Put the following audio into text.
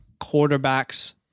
quarterbacks